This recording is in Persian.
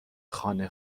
خانه